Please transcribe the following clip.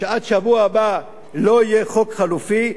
שעד השבוע הבא לא יהיה חוק חלופי,